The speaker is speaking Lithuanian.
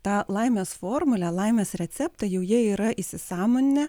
tą laimės formulę laimės receptą jau jie yra įsisąmoninę